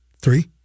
three